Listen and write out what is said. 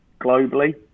globally